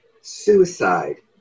Suicide